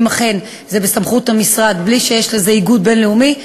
אם אכן זה בסמכות המשרד בלי שיש לזה איגוד בין-לאומי,